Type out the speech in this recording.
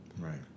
Right